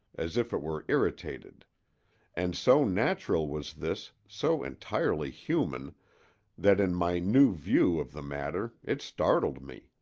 as if it were irritated and so natural was this so entirely human that in my new view of the matter it startled me.